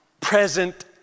present